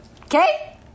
okay